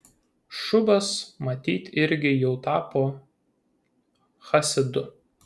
šubas matyt irgi jau tapo chasidu